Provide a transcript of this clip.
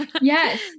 Yes